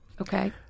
Okay